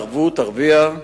בערבות אביה,